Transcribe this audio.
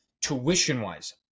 Tuition-wise